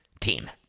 team